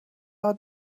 are